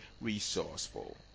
resourceful